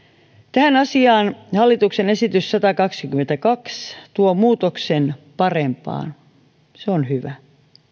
tähän asiaan hallituksen esitys satakaksikymmentäkaksi tuo muutoksen parempaan se on hyvä